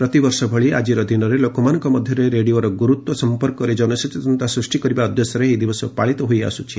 ପ୍ରତିବର୍ଷ ଭଳି ଆଜିର ଦିନରେ ଲୋକମାନଙ୍କ ମଧ୍ୟରେ ରେଡିଓର ଗୁରୁତ୍ୱ ସଫପର୍କରେ ଜନସଚେତନତା ସୃଷ୍ଟି କରିବା ଉଦ୍ଦେଶ୍ୟରେ ଏହି ଦିବସ ପାଳିତ ହୋଇଆସ୍କୁଛି